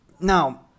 Now